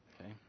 Okay